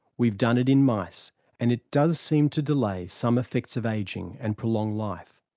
we've done it in mice and it does seem to delay some effects of ageing and prolong life.